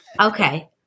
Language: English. Okay